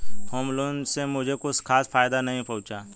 home loan से मुझे कुछ खास फायदा नहीं पहुंचा